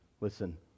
Listen